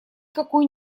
какой